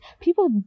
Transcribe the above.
People